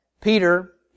Peter